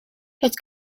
dat